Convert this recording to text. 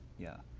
yeah.